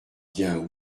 bien